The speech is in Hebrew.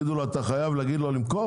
יגידו לו: אתה חייב להגיד לו למכור?